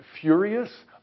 furious